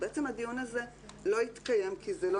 אז בעצם הדיון הזה לא התקיים כי זה לא